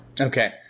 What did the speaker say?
Okay